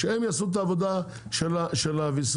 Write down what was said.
שהם יעשו את העבודה של הוויסות,